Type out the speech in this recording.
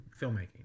filmmaking